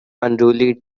unruly